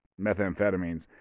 methamphetamines